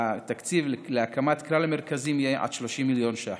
התקציב להקמת כלל המרכזיים יהיה עד 30 מיליון ש"ח.